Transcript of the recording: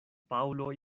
paŭlo